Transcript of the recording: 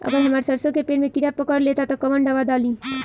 अगर हमार सरसो के पेड़ में किड़ा पकड़ ले ता तऽ कवन दावा डालि?